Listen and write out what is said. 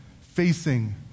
facing